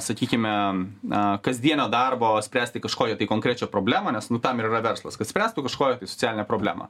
sakykime na kasdienio darbo spręsti kažkokią tai konkrečią problemą nes tam ir yra verslas kad spręstų kažkokią socialinę problemą